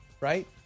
right